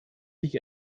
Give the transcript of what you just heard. sich